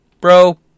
bro